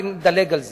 אני אדלג על זה.